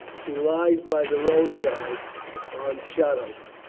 he lies by the roadside on shotover.